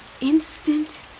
instant